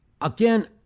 Again